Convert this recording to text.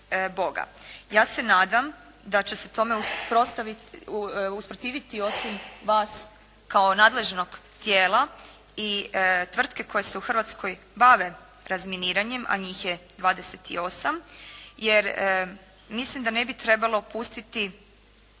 Ja se nadam da će se tome usprotiviti osim vas, kao nadležnog tijela i tvrtke koje se u Hrvatskoj bave razminiranjem, a njih je 28. Jer mislim da ne bi trebalo pustiti,